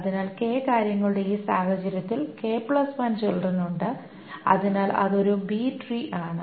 അതിനാൽ കാര്യങ്ങളുടെ ഈ സാഹചര്യത്തിൽ ചിൽഡ്രൻ ഉണ്ട് അതിനാൽ അത് ഒരു ബി ട്രീ ആണ്